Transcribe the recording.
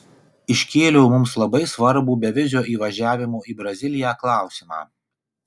iškėliau mums labai svarbų bevizio įvažiavimo į braziliją klausimą